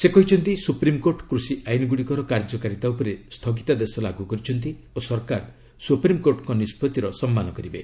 ସେ କହିଛନ୍ତି ସ୍ୱପ୍ରିମକୋର୍ଟ କୃଷି ଆଇନ୍ଗ୍ରଡ଼ିକର କାର୍ଯ୍ୟକାରୀତା ଉପରେ ସ୍ଥଗିତାଦେଶ ଲାଗୁ କରିଛନ୍ତି ଓ ସରକାର ସ୍ରପ୍ରିମକୋର୍ଟଙ୍କ ନିଷ୍ପଭିର ସନ୍ମାନ କରିବେ